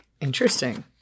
Interesting